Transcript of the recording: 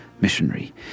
missionary